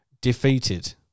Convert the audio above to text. defeated